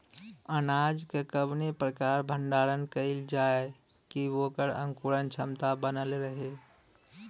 अनाज क कवने प्रकार भण्डारण कइल जाय कि वोकर अंकुरण क्षमता बनल रहे?